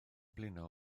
blino